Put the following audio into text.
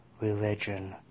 religion